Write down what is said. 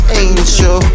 angel